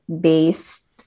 based